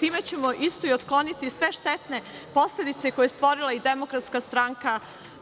Time ćemo isto i otkloniti sve štetne posledice koje je stvarala DS